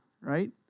right